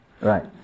right